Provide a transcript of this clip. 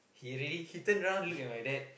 he really he turn around look at my dad